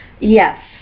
Yes